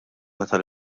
meta